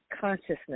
consciousness